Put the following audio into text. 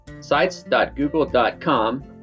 sites.google.com